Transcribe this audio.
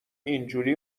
اینجوری